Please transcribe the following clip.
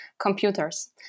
computers